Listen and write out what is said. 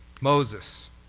Moses